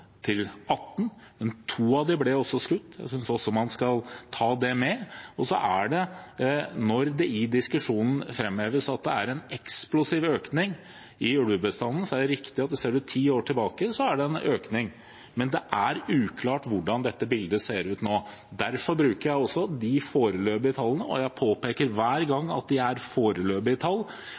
men to av dem ble skutt. Jeg synes man skal ta med det også. Når det i diskusjonen framheves at det er en eksplosiv økning i ulvebestanden, er det riktig at hvis man ser ti år tilbake i tid, så er det en økning, men det er uklart hvordan dette bildet ser ut nå. Derfor bruker jeg de foreløpige tallene, og jeg påpeker hver gang at det er foreløpige tall.